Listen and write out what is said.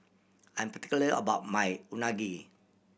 I'm particular about my Unagi